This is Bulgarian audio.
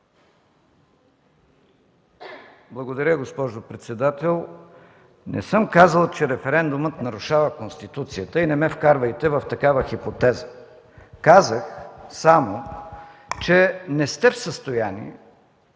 Благодаря, госпожо председател. Не съм казал, че референдумът нарушава Конституцията, и не ме вкарвайте в такава хипотеза. Казах само, че не сте в състояние